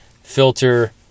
filter